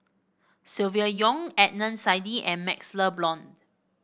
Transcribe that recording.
Silvia Yong Adnan Saidi and MaxLe Blond